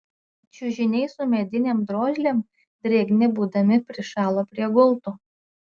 čiužiniai su medinėm drožlėm drėgni būdami prišalo prie gultų